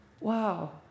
Wow